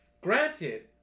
Granted